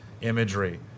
imagery